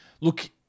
Look